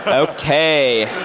but okay.